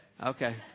okay